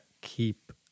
keep